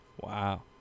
Wow